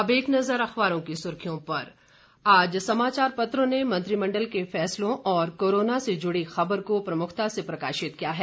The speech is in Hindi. अब एक नज़र अखबारों की सुर्खियों पर आज समाचार पत्रों ने मंत्रिमंडल के फैसलों और कोरोना से जुड़ी खबर को प्रमुखता से प्रकाशित किया है